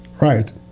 Right